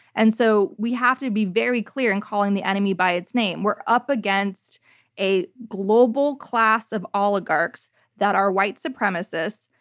and so we have to be very clear in calling the enemy by its name. we're up against a global class of oligarchs that are white supremacists,